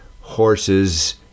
horses